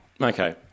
Okay